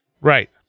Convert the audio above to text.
right